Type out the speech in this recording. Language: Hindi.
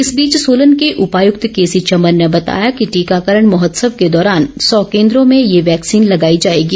इस बीच र्सालन के उपायुक्त के सी चमन ने बताया कि टीकाकरण महोत्सव के दौरान सौ केन्द्रों में ये वैक्सीन लगाई जाएगी